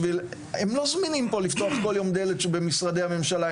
הם לא זמינים לפתוח כל יום דלת במשרדי הממשלה,